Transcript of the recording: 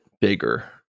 bigger